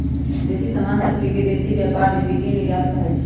देसी समान सभके विदेशी व्यापार में बिक्री निर्यात कहाइ छै